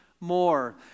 more